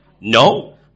No